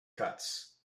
cuts